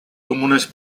comunes